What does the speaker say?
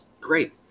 great